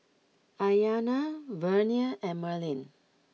Iyana Vernia and Merlin